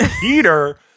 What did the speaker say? Peter